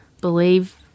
believe